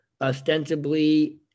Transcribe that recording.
ostensibly